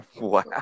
wow